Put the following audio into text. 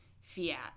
fiat